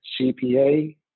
CPA